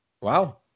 Wow